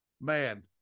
man